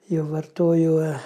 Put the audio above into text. jau vartojo